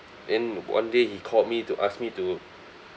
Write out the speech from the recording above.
then one day he called me to ask me to